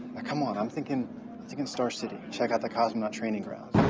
come on. i'm thinking star city. check out the cosmonaut training grounds.